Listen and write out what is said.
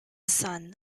son